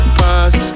pass